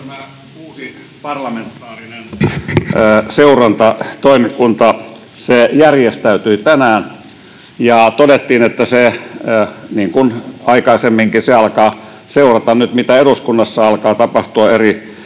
Tämä uusi parlamentaarinen seurantatoimikunta järjestäytyi tänään, ja todettiin, että se, niin kuin aikaisemminkin, alkaa seurata nyt, mitä eduskunnassa alkaa tapahtua eri